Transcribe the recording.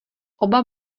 oba